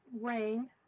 rain